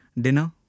Dinner